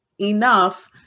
enough